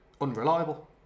unreliable